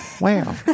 wow